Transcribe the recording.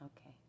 okay